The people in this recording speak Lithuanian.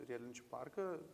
riedlenčių parką